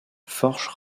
forges